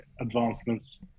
advancements